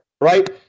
right